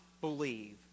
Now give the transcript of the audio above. believe